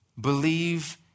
Believe